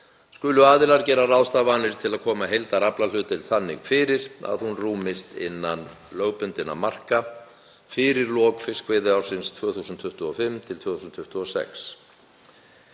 skulu aðilar gera ráðstafanir til að koma heildaraflahlutdeild þannig fyrir að hún rúmist innan lögbundinna marka fyrir lok fiskveiðiársins 2025/2026.“